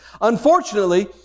Unfortunately